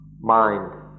mind